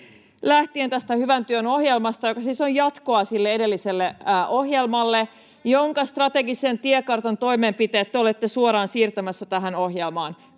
lähtien tästä hyvän työn ohjelmasta, joka siis on jatkoa sille edelliselle ohjelmalle, [Mia Laihon välihuuto] jonka strategisen tiekartan toimenpiteet te olette suoraan siirtämässä tähän ohjelmaan.